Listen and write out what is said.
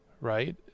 right